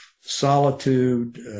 solitude